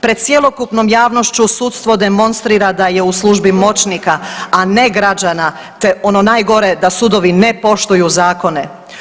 Pred cjelokupnom javnošću sudstvo demonstrira da je u službi moćnika, a ne građana te ono najgore da sudovi ne poštuju zakone.